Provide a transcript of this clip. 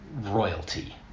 royalty